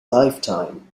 lifetime